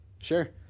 Sure